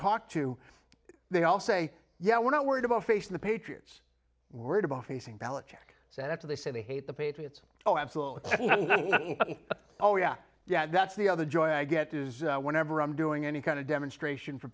talk to they all say yeah we're not worried about facing the patriots worried about facing ballot check said after they say they hate the patriots oh absolutely oh yeah yeah that's the other joy i get is whenever i'm doing any kind of demonstration for